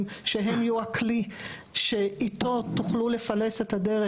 שהם יהיו הכלי שאיתו תוכלו לפלס את הדרך,